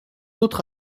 autre